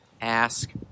ask